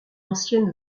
ancienne